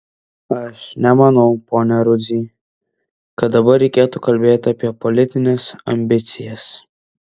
aš nemanau pone rudzy kad dabar reikėtų kalbėti apie politines ambicijas